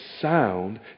sound